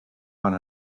one